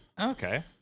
okay